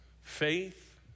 Faith